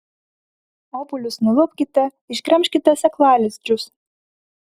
obuolius nulupkite išgremžkite sėklalizdžius